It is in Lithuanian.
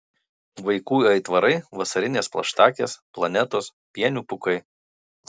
vaikų aitvarai vasarinės plaštakės planetos pienių pūkai